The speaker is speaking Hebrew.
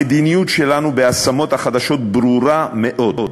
המדיניות שלנו בהשמות החדשות ברורה מאוד,